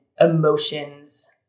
emotions